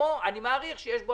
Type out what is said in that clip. שבו אני מעריך שיש בו